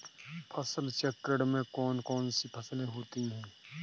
फसल चक्रण में कौन कौन सी फसलें होती हैं?